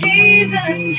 Jesus